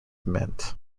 meant